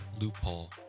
loophole